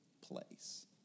place